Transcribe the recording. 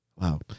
Wow